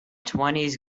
twenties